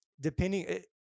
depending